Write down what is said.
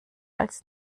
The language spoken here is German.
als